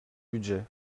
budget